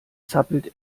zappelt